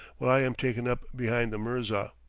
while i am taken up behind the mirza.